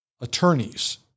attorneys